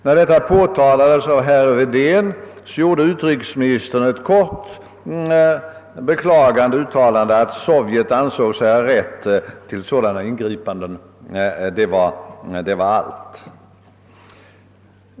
När detta påtalades av herr Wedén, gjorde utrikesministern ett kort beklagande uttalande, att Sovjet ansåg sig ha rätt till sådana ingripanden. Det var allt.